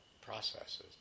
processes